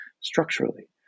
structurally